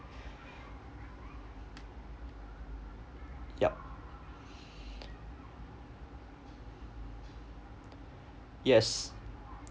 yup yes